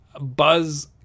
buzz